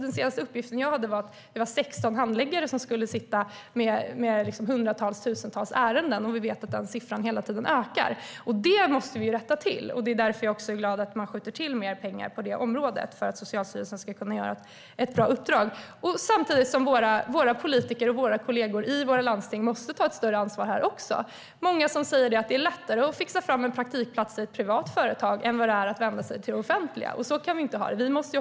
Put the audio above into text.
Den senaste uppgiften jag har är att det är 16 handläggare som sitter med tusentals ärenden. Och vi vet att den siffran ökar hela tiden. Det måste vi rätta till! Därför är jag glad över att man skjuter till mer pengar till det området, så att Socialstyrelsen ska kunna fullfölja sitt uppdrag på ett bra sätt. Samtidigt måste våra politiker, våra kollegor, i våra landsting ta ett större ansvar för det här. Många säger att det är lättare att fixa fram en praktikplats i ett privat företag än att vända sig till det offentliga. Vi kan inte ha det på det sättet.